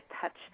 touch